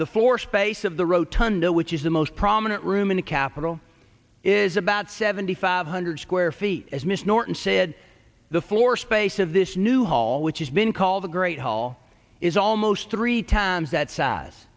the force base of the rotunda which is the most prominent room in the capitol is about seventy five hundred square feet as ms norton said the floor space of this new hall which has been called the great hall is almost three times that size